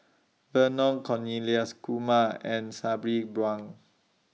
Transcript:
Vernon Cornelius Kumar and Sabri Buang